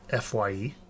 FYE